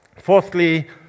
Fourthly